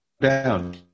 down